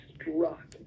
struck